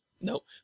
Nope